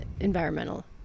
environmental